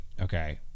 okay